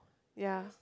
ya